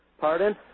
Pardon